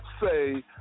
say